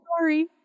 sorry